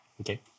Okay